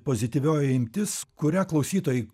pozityvioji imtis kurią klausytojai